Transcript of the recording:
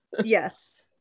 Yes